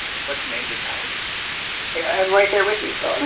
but to name the child i'm right there with you, phil.